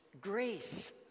grace